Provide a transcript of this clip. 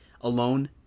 alone